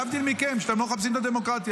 להבדיל מכם, שאתם לא מחפשים את הדמוקרטיה.